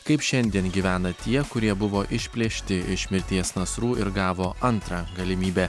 kaip šiandien gyvena tie kurie buvo išplėšti iš mirties nasrų ir gavo antrą galimybę